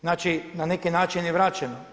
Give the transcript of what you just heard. Znači, na neki način je vraćeno.